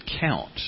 count